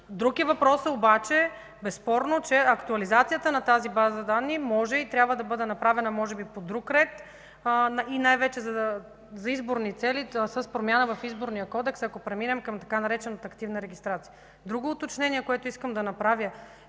Друг е въпросът обаче, безспорно че актуализацията на тази база данни може би трябва да бъде направена по друг ред и най-вече за изборни цели с промяна в Изборния кодекс, ако преминем към така наречената „активна регистрация”. Друго уточнение, което искам да направя.